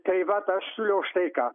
tai vat aš siūliau štai ką